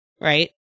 right